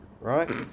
right